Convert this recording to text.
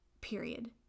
period